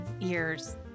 years